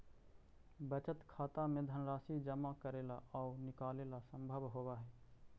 बचत खाता में धनराशि जमा करेला आउ निकालेला संभव होवऽ हइ